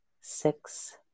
six